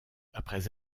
après